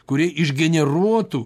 kurie išgeneruotų